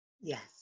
Yes